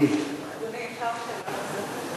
אני יודעת שאתה עומד בזה בכבוד.